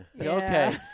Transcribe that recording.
Okay